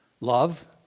Love